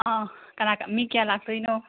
ꯑꯥ ꯃꯤ ꯀꯌꯥ ꯂꯥꯛꯇꯣꯏꯅꯣ